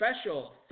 special